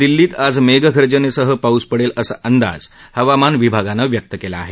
दिल्लीत आज मेघगर्जनेसह पाऊस पडेल असा अंदाज हवामान विभागानं व्यक्त केला आहे